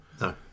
No